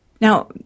Now